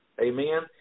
Amen